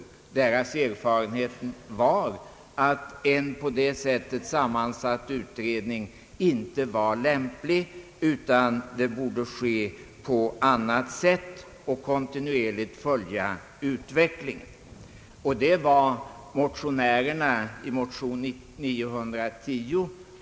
Enligt utredningens mening var det inte lämpligt att för dessa frågor tillsätta en parlamentariskt sammansatt utredning. Vad som här är av vikt är att kontinuerligt följa utvecklingen. Det är också vad motionärerna har yrkat i motionen I: 910.